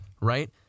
Right